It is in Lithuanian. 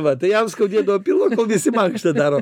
va tai jam skaudėdavo pilvą kol visi mankštą daro